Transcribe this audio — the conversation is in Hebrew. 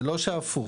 ולא הפוך.